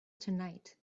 tonight